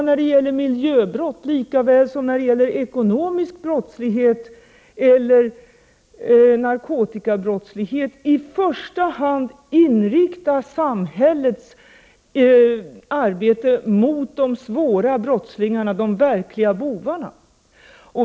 När det gäller miljöbrott lika väl som när det gäller ekonomiska brottslingar eller narkotikabrottslingar skall samhället i första hand inrikta sig på de svåra brottslingarna, de verkliga bovarna.